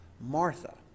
Martha